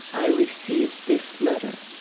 i received this letter.